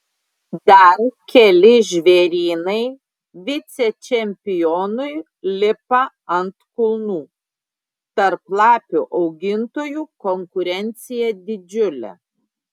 dar keli žvėrynai vicečempionui lipa ant kulnų tarp lapių augintojų konkurencija didžiulė